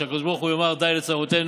שהקדוש ברוך הוא יאמר די לצרותינו,